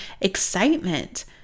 excitement